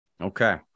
Okay